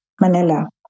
Manila